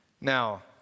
Now